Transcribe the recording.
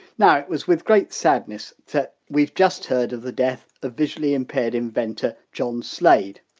now it was with great sadness that we've just heard of the death of visually impaired inventor john slade.